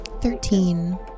Thirteen